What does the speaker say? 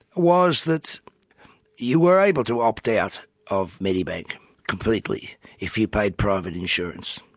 was that you were able to opt out of medibank completely if you paid private insurance.